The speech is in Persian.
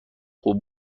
خوب